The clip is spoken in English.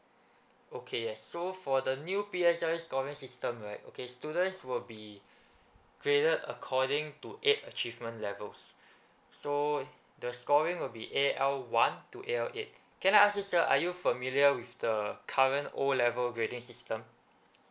okay yes so for the new P_S_L_E scoring system right okay students will be graded according to eight achievement levels so the scoring will be A_L one to A_L eight can I ask you sir are you familiar with the current O level grading system